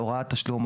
"הוראת תשלום",